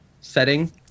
Setting